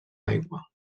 aigua